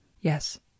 Yes